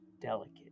delicate